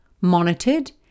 monitored